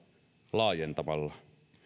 laajentamalla